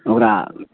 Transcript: ओकरा